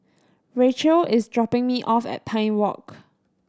Rachael is dropping me off at Pine Walk